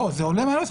זה עולה מהנוסח,